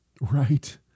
Right